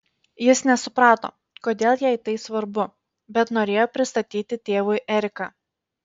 jis nesuprato kodėl jai tai svarbu bet norėjo pristatyti tėvui eriką